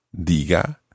diga